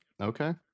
okay